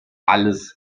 alles